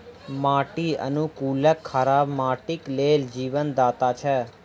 माटि अनुकूलक खराब माटिक लेल जीवनदाता छै